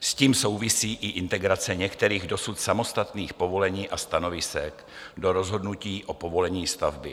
S tím souvisí i integrace některých dosud samostatných povolení a stanovisek do rozhodnutí o povolení stavby.